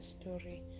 story